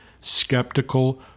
skeptical